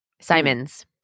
Simons